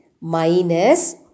minus